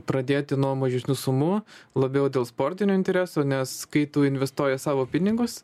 pradėti nuo mažesnių sumų labiau dėl sportinio intereso nes kai tu investuoji savo pinigus